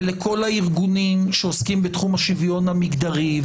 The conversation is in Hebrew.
ולכל הארגונים שעוסקים בתחום השוויון המגדרי,